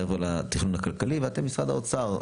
מעבר לתכנון הכלכלי ואתם משרד האוצר,